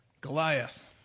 Goliath